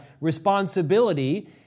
responsibility